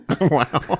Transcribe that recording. Wow